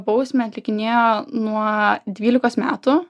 bausmę atlikinėjo nuo dvylikos metų